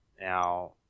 Now